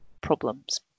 problems